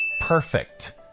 perfect